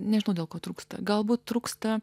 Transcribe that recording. nežinau dėl ko trūksta galbūt trūksta